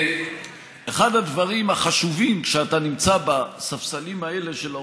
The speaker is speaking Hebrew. אחד הדברים החשובים כשאתה נמצא בספסלים האלה של האופוזיציה,